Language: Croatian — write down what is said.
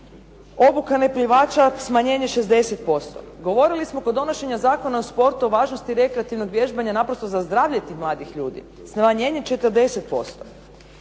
obuka neplivača smanjenje 60%. Govorili smo kod donošenja Zakona o sportu o važnosti rekreativnog vježbanja naprosto za zdravlje tih mladih ljudi, smanjenje 40%.